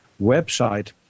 website